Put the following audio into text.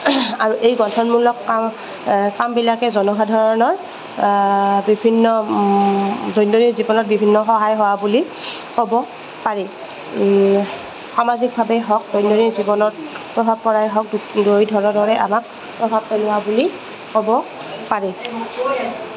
আৰু এই গন্ঠনমূলক কাম কামবিলাকে জনসাধাৰণৰ বিভিন্ন দৈনন্দন্দিন জীৱনত বিভিন্ন সহায় হোৱা বুলি ক'ব পাৰি সামাজিকভাৱেই হওক দৈনন্দিন জীৱনত প্ৰভাৱ পৰাই হওক আমাক প্ৰভাৱ পেলোৱা বুলি ক'ব পাৰি